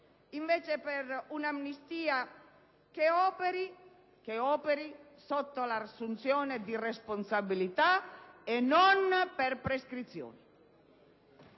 per un'amnistia che operi sotto l'assunzione di responsabilità e non per prescrizione.